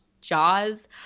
Jaws